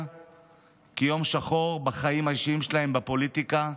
כיום שחור בחיים האישיים שלהם בפוליטיקה,